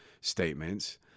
statements